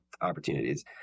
opportunities